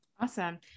Awesome